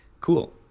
Cool